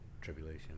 tribulation